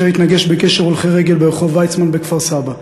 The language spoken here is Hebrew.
אשר התנגש בגשר הולכי רגל ברחוב ויצמן בכפר-סבא.